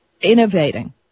innovating